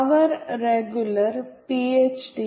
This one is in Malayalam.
our regular PhD